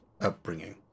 upbringing